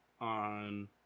on